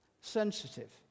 Sensitive